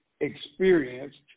experienced